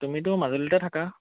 তুমিতো মাজুলীতে থাকা